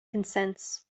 consents